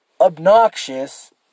obnoxious